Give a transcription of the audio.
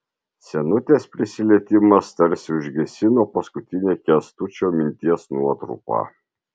senutės prisilietimas tarsi užgesino paskutinę kęstučio minties nuotrupą